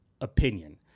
opinion